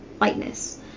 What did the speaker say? Lightness